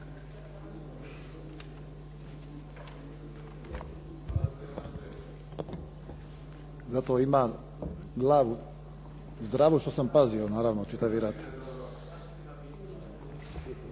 Zato imam glavu zdravu što sam pazio naravno čitavi rat.